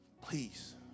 please